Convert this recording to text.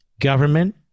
government